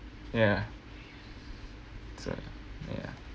ya so ya